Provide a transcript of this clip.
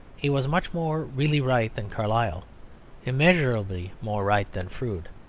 he was much more really right than carlyle immeasurably more right than froude.